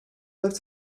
looked